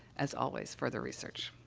as always, further research.